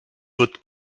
wird